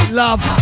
love